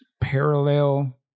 parallel